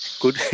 Good